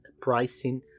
pricing